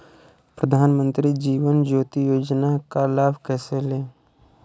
प्रधानमंत्री जीवन ज्योति योजना का लाभ कैसे लें?